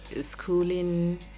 schooling